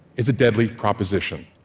is a deadly proposition.